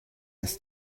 das